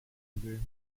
retired